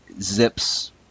Zips